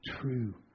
true